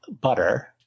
butter